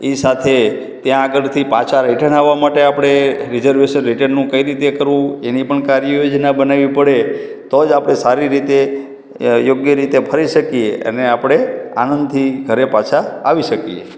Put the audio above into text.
એ સાથે ત્યાં આગળથી પાછા રીટર્ન આવવા માટે આપણે રિઝર્વેશન રિટર્નનું કઈ રીતે કરવું એની પણ કાર્ય યોજના બનાવવી પડે તો જ આપણે સારી રીતે યોગ્ય રીતે ફરી શકીએ અને આપણે આનંદથી ઘરે પાછા આવી શકીએ